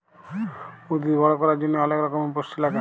উদ্ভিদ বড় ক্যরার জন্হে অলেক রক্যমের পুষ্টি লাগে